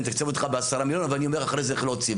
אני אתקצב אותך ב-10 מיליון אבל אני אומר אחרי זה איך להוציא,